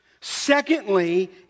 Secondly